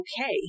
okay